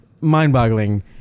mind-boggling